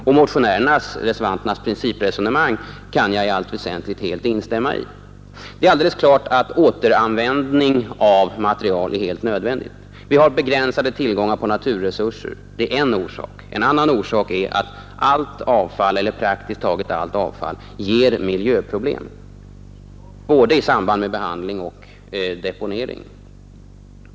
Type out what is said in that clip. Och motionärernas principresonemang kan jag i allt väsentligt instämma i. Det är alldeles klart att återanvändning av material är helt nödvändig. Vi har begränsade naturresurser, det är en orsak. En annan orsak är att praktiskt taget allt avfall ger miljöproblem, både i samband med behandling och vid deponering.